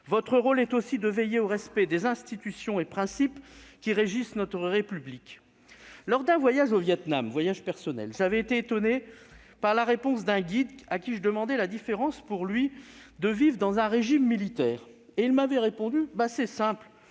Votre rôle est aussi de veiller au respect des institutions et des principes qui régissent notre République. Lors d'un voyage personnel au Vietnam, j'avais été étonné par la réponse d'un guide à qui je demandais ce que cela lui faisait de vivre dans un régime militaire. Il m'avait répondu :« C'est simple,